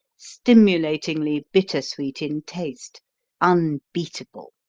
stimulatingly bittersweet in taste unbeatable.